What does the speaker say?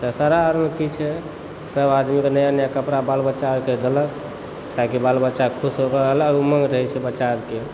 दशहरा अरमे की छै सभ आदमीके कपड़ा नया नया कपड़ा बाल बच्चाके देलक ताकि बाल बच्चा खुश रहल आ उमङ्ग रहय छै बच्चा अरके